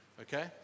Okay